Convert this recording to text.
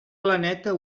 planeta